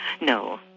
No